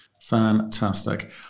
Fantastic